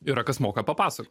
yra kas moka papasa